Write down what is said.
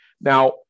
Now